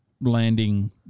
Landing